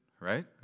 right